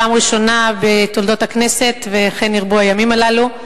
פעם ראשונה בתולדות הכנסת, וכן ירבו הימים הללו.